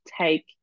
take